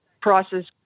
prices